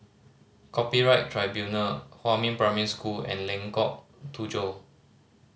Copyright Tribunal Huamin Primary School and Lengkok Tujoh